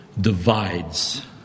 divides